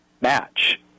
match